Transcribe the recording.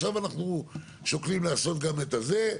עכשיו אנחנו שוקלים לעשות גם את זה.